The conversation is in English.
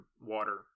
water